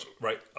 Right